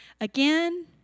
again